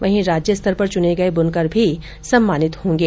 वहीं राज्य स्तर पर चुने गये बुनकर भी सम्मानित होंगे